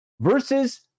Versus